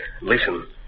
Listen